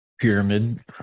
Pyramid